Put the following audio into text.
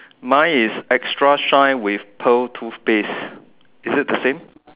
my is extra shine with pearl toothpaste is it the same